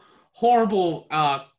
horrible